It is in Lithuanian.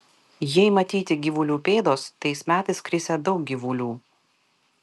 jei matyti gyvulių pėdos tais metais krisią daug gyvulių